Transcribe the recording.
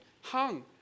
hung